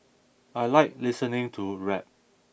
I like listening to rap